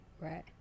right